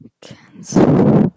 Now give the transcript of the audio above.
cancel